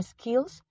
skills